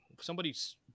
somebody's